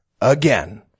Again